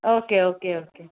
okay okay okay